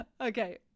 Okay